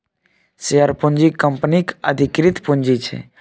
share पूँजी कंपनीक अधिकृत पुंजी छै